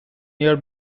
near